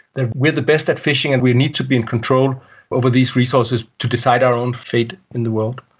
that we are the best at fishing and we need to be in control over these resources to decide our own fate in the world.